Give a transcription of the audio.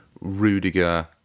Rudiger